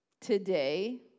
today